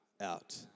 out